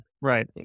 right